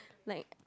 like